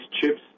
chips